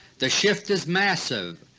the shift is massive.